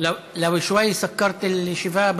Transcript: לוועדת החוקה, חוק ומשפט